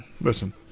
Listen